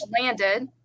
Landed